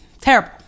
terrible